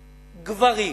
גברים,